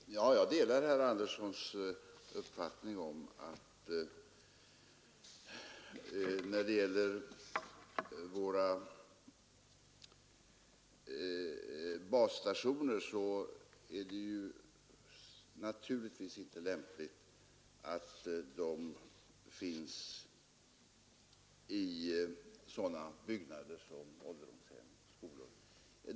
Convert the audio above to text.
Herr talman! Jag delar herr Anderssons i Örebro uppfattning att det inte är lämpligt att basstationer finns i sådana byggnader som ålderdomshem och skolor.